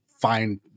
find